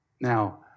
Now